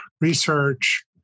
research